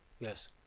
Yes